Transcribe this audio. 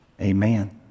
amen